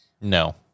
no